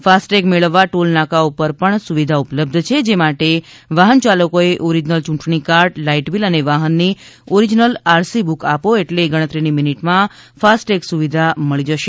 FASTag મેળવવા toll નાકાઓ પર પણ સુવિધા ઉપલબ્ધ છે જે માટે વાહનચાલકોએ ઓરિજિનલ ચૂંટણીકાર્ડ લાઈટ બીલ અને વાહનની ઓરિજિનલ આરસી બુક આપો એટલે ગણતરીની મિનિટમાં ફાસ્ટટેગ સુવિધા મળી જશે